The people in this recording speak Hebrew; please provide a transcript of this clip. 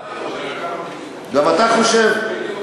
גם אני חושב ככה בדיוק.